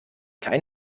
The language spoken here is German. kein